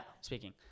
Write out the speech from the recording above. speaking